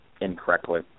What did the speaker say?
incorrectly